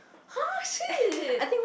!huh! shit